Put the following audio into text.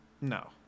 No